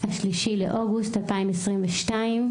3 באוגוסט 2022,